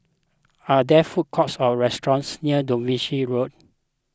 are there food courts or restaurants near Devonshire Road